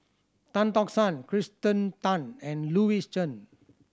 Tan Tock San Kirsten Tan and Louis Chen